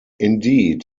indeed